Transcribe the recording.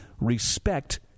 respect